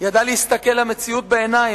ידע להסתכל למציאות בעיניים,